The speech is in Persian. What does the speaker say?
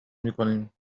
میکنیم